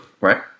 right